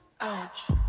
Ouch